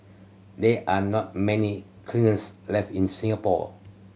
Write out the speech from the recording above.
there are not many kilns left in Singapore